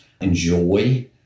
Enjoy